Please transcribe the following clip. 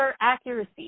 accuracy